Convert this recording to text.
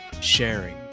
sharing